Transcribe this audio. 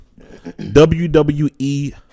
WWE